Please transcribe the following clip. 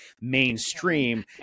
mainstream